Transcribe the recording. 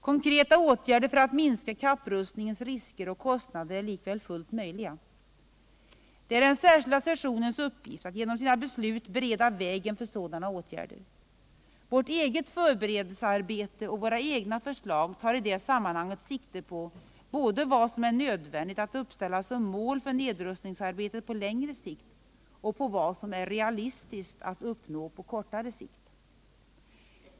Konkreta åtgärder för att minska kapprustningens risker och kostnader är likväl fullt möjliga. Det är den särskilda sessionens uppgift att genom sina beslut bereda vägen för sådana åtgärder. Vårt eget förberedelsearbete och våra egna förslag tar idet sammanhanget sikte både på vad som är nödvändigt att uppstiälla som mål för nedrustningsarbetet på längre sikt och på vad som är realistiskt att uppnå på kortare sikt.